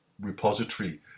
repository